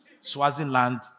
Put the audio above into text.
Swaziland